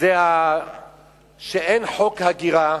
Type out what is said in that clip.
זה שאין חוק הגירה,